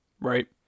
right